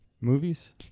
movies